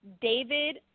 David